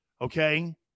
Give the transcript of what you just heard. okay